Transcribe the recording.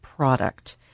Product